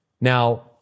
Now